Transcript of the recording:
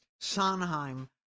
Sondheim